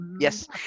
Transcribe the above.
Yes